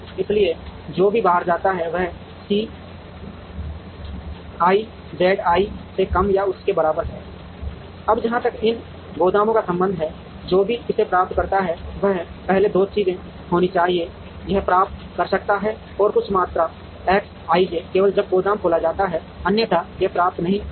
इसलिए जो भी बाहर जाता है वह C i Z i से कम या उसके बराबर है अब जहां तक इन गोदामों का संबंध है जो भी इसे प्राप्त करता है वह पहले दो चीजें होना चाहिए यह प्राप्त कर सकता है और कुछ मात्रा X ij केवल जब गोदाम खोला जाता है अन्यथा यह प्राप्त नहीं कर सकता है